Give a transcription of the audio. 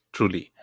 Truly